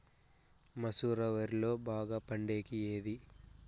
మసూర వరిలో బాగా పండేకి ఏది?